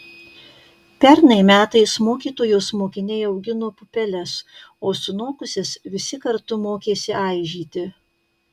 pernai metais mokytojos mokiniai augino pupeles o sunokusias visi kartu mokėsi aižyti